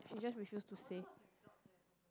she just refuse to say